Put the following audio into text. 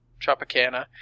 Tropicana